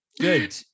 good